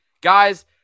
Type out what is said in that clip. Guys